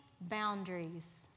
boundaries